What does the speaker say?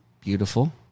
Beautiful